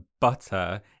butter